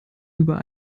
über